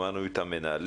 שמענו את המנהלים.